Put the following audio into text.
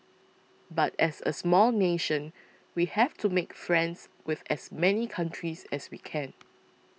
but as a small nation we have to make friends with as many countries as we can